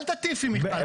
אל תטיפי, מיכל.